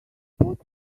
put